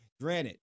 granted